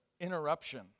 interruption